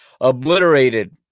obliterated